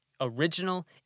original